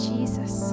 Jesus